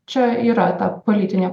čia yra ta politinė